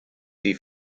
die